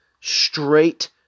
Straight